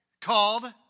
called